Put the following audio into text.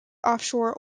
offshore